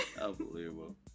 Unbelievable